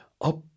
up